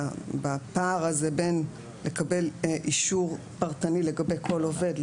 בפער הזה בין לקבל אישור פרטני לגבי כל עובד,